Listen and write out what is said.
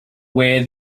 where